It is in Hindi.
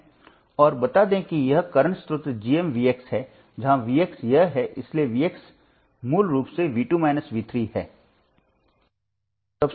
और बता दें कि यह वर्तमान स्रोत GMVx है जहां यह एक है इसलिए Vx मूल रूप से V2 V3 है